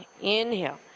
Inhale